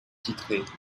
titrait